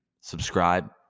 subscribe